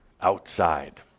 outside